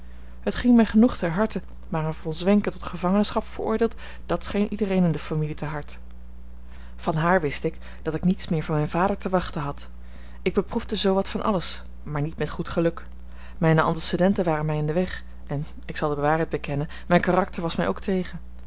het ging mij genoeg ter harte maar een von zwenken tot gevangenschap veroordeeld dat scheen iedereen in de familie te hard van haar wist ik dat ik niets meer van mijn vader te wachten had ik beproefde zoo wat van alles maar niet met goed geluk mijne antecedenten waren mij in den weg en ik zal de waarheid bekennen mijn karakter was mij ook tegen